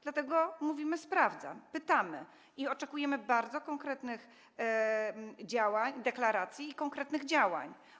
Dlatego mówimy: sprawdzam, pytamy i oczekujemy bardzo konkretnych działań, deklaracji i konkretnych działań.